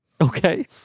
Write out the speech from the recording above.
Okay